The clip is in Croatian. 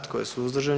Tko je suzdržan?